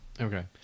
Okay